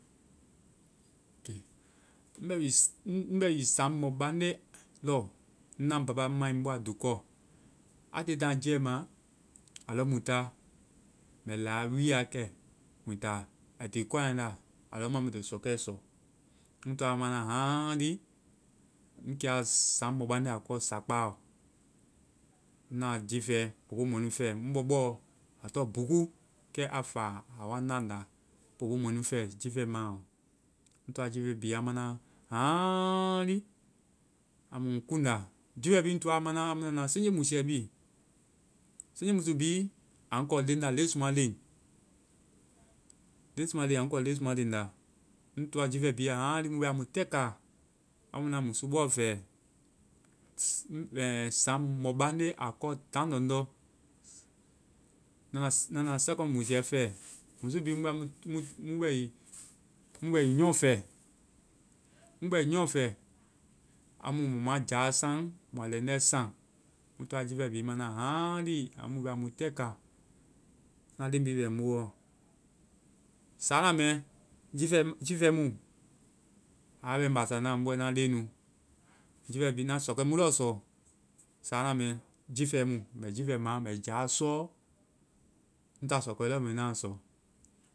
Ŋ bɛ wi-ŋ bɛ wi saŋ mɔbande lɔ, ŋnaã ŋ papa mai. Ŋ bɔa dukɔ. A tiie ta na jiiɛma, a lɔ mu ta. Mɛ laa wii wa kɛ mui ta. Ai ti kɔena ŋ na. A lɔ ma wo ŋ to sɔkɛ sɔ. Ŋ toa ma na haaŋli ŋ kea saaŋ mɔbande akɔ sakpa ɔ. Ŋ na jiifɛ, popo mɔɛnu fɛ. Ŋ bɔ bɔɔ, a tɔŋ buku. Kɛ a fa. A wa na ŋda popo mɔɛnu fɛ, jiifɛ ma ɔ. Ŋ toa jiifɛ bi wa mana haaŋli amu ŋ kuŋda. Jiifɛ bi, ŋ toa mana amu na na sinji musuɛ bi. Sinji musuɛ bi a ŋ kɔ leŋ da, leŋ musumaleŋ. A ŋ kɔ leŋmusumaleŋ da. Ŋ toa jiifɛ bhii wa haaŋli mu bɛa mu tɛ ka. A mu na musu bɔ fɛ saaŋ mɔbande akɔ taŋlɔŋdɔ. Na-na na second musiiɛ fɛ. Musu bi, mu bɛa, mu bɛ wi- mu bɛ wi nyɔŋ fɛ. Mu bɛ nyɔŋ fɛ. Amu mua mua jaa saaŋ, mua lɛŋdɛ sáaŋ. Mu toa jiifɛ bi ma na haaŋli amu mubɛa tɛkaa. Na leŋ bi bɛ ŋ boɔ. Sáana mɛ, jiifɛ mu-jiifɛ mu. A wa bɛ ŋ basa na. Ŋ bɛ na leŋnu. Jiifɛ bi, na sɔlɛ mu lɔɔ sɔ sáana mɛ, jiifɛ mu. Mɛ jiifɛ ma, mbɛ jáa sɔɔ. Ŋ ta sɔkɛɛ lɔɔ mɛ nu naa sɔ.